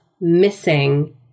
missing